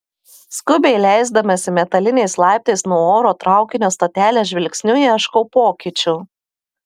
skubiai leisdamasi metaliniais laiptais nuo oro traukinio stotelės žvilgsniu ieškau pokyčių